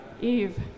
Eve